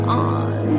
on